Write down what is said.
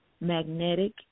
magnetic